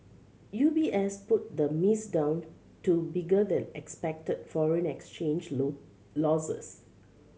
U B S put the miss down to bigger than expected foreign exchange losses